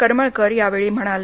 करमळकर या वेळी म्हणाले